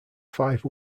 five